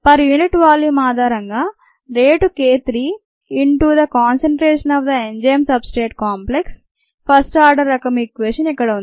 per unit volume ఆధారంగా rate k 3 into the concentration of the enzyme substrate complex first order రకం equation ఇక్కడ ఉంది